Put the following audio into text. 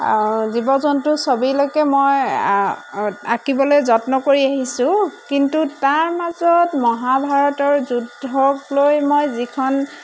জীৱ জন্তু ছবিলৈকে মই আঁকিবলৈ যত্ন কৰি আহিছোঁ কিন্তু তাৰ মাজত মহাভাৰতৰ যুদ্ধক লৈ মই যিখন